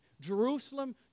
Jerusalem